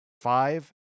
five